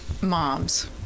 moms